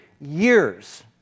years